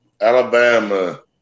Alabama